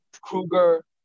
Kruger